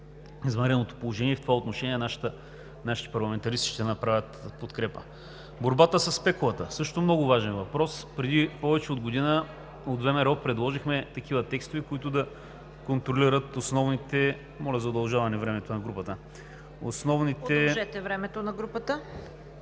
извънредното положение. В това отношение нашите парламентаристи ще направят подкрепа. Борбата със спекулата също е много важен въпрос. Преди повече от година от ВМРО предложихме такива текстове, които да контролират… Моля за удължаване на времето на групата. ПРЕДСЕДАТЕЛ